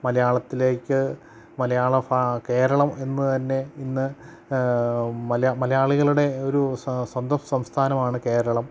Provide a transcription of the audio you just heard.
മലയാളത്തിലേക്ക് മലയാള കേരളം എന്നു തന്നെ ഇന്ന് മലയാളികളുടെ ഒരു സ്വന്തം സംസ്ഥാനമാണ് കേരളം